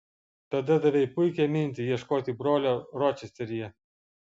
tada davei puikią mintį ieškoti brolio ročesteryje